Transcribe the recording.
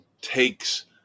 takes